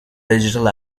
digital